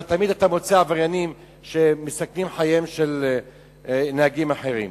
תמיד אתה מוצא עבריינים שמסכנים את חייהם של נהגים אחרים.